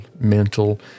mental